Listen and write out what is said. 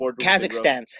Kazakhstan